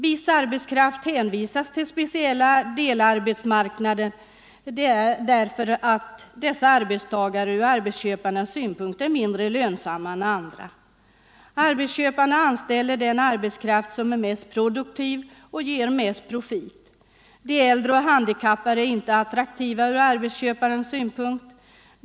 Viss arbetskraft hänvisas till speciella delarbetsmark 19 november 1974 nader därför att dessa arbetstagare ur arbetsköparnas synpunkt är mindre lönsamma än andra. Arbetsköparna anställer den arbetskraft som är mest - Om allmän produktiv och ger störst profit. De äldre och handikappade är inte at — arbetstidsförkorttraktiva ur arbetsköparens synpunkt.